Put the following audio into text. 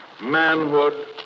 manhood